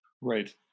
Right